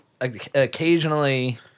occasionally